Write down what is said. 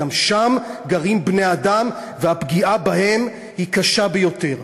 גם שם גרים בני-אדם, והפגיעה בהם היא קשה ביותר.